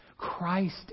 Christ